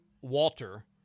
Walter